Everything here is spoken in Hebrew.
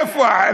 איפה?